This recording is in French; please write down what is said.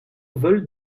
vole